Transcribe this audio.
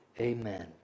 amen